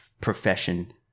profession